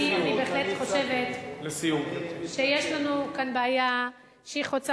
אני חושבת שיש לנו כאן בעיה שהיא חוצה